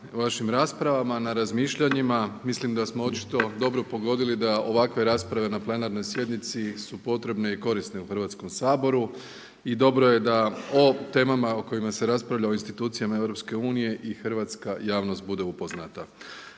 vašim raspravama, na razmišljanjima, mislim da smo očito dobro pogodili da ovakve rasprave na plenarnoj sjednici su potrebne i korisne u Hrvatskom saboru i dobro je da o temama o kojima se raspravlja u institucijama EU i hrvatska javnost bude upoznata.